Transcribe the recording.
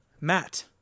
Matt